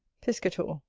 piscator.